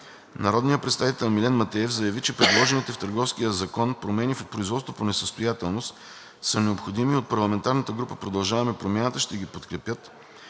Народният представител Милен Матеев заяви, че предложените в Търговския закон промени в производството по несъстоятелност са необходими и от парламентарната група на „Продължаваме Промяната“ ще ги подкрепят,